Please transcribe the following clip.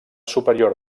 superior